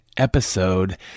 episode